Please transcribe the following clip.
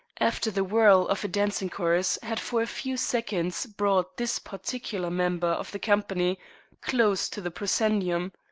after the whirl of a dancing chorus had for a few seconds brought this particular member of the company close to the proscenium,